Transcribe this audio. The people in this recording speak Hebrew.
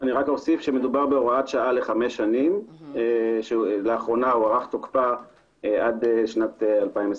אוסיף שמדובר בהוראת שעה לחמש שנים שלאחרונה הוארך תוקפה עד 2025,